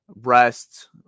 rest